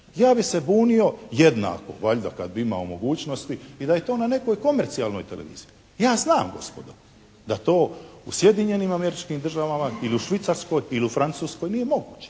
Ja bi se bunio jednako valjda kada bi imao mogućnosti i da je to na nekoj komercijalnoj televiziji. Ja znam gospodo, da to u Sjedinjenim Američkim Državama ili u Švicarskoj ili u Francuskoj nije moguće.